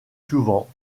souvent